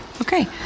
Okay